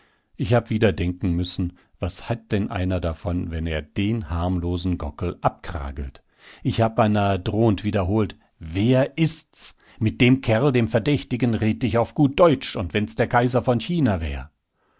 ich hab wieder denken müssen was hat denn einer davon wenn er den harmlosen gockel abkragelt ich habe beinahe drohend wiederholt wer ist's mit dem kerl dem verdächtigen red ich auf gut deutsch und wenn's der kaiser von china wär